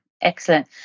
excellent